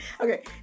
okay